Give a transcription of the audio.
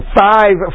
five